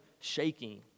shaking